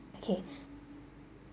okay